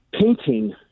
painting